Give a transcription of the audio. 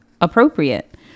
appropriate